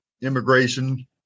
immigration